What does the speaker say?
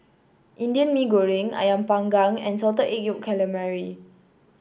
Indian Mee Goreng ayam Panggang and Salted Egg Yolk Calamari